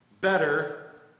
better